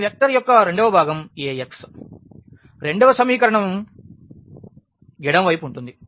ఈ వెక్టర్ యొక్క రెండవ భాగం Ax రెండవ సమీకరణం యొక్క ఎడమ వైపు ఉంటుంది